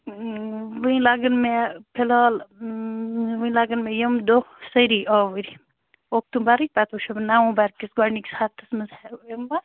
وُنہِ لَگَن مےٚ فِلحال وُنہِ لَگَن مےٚ یِم دۄہ سٲری آوٕرۍ اکتوٗبَرٕکۍ پَتہٕ وُچھو نَوَمبَر کِس گۄڈنِکِس ہَفتَس مَنٛز یِمہٕ بہٕ